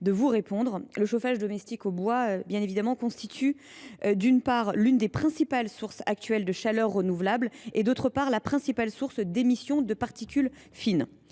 de vous répondre. Le chauffage domestique au bois constitue, d’une part, l’une des principales sources actuelles de chaleur renouvelable, d’autre part, la principale source d’émissions de particules fines.